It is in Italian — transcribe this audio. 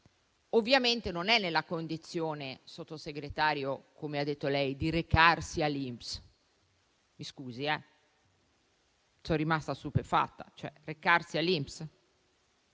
ovviamente non è nella condizione, Sottosegretario, come ha detto lei, di recarsi all'INPS. Mi scusi, ma sono rimasta stupefatta: recarsi all'INPS?